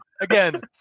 again